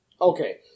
Okay